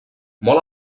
molt